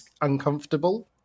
uncomfortable